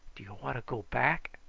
do you want to go back?